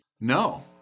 No